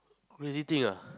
lazy think ah